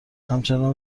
همچنان